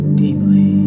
deeply